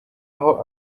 aho